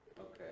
Okay